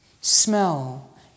smell